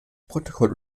protokoll